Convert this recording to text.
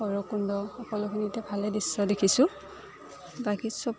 ভৈৰৱকুণ্ড সকলোখিনিতে ভালে দৃশ্য দেখিছোঁ বাকী চব